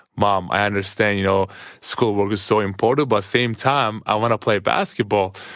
mom, i understand. you know schoolwork is so important, but same time i want to play basketball.